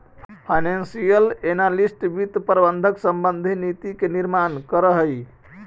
financial analyst वित्त प्रबंधन संबंधी नीति के निर्माण करऽ हइ